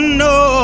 no